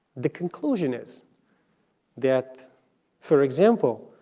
the conclusion is that for example,